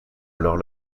alors